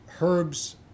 herbs